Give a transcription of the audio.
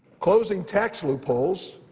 closing tax loopholes,